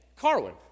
Carwin